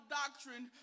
doctrine